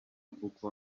kuko